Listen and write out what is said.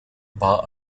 war